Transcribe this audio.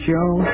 Joe